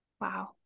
Wow